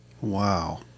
Wow